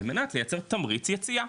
על מנת לייצר תמריץ יציאה,